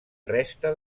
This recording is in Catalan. resta